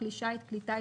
כלי שיט וכלי טיס,